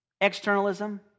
externalism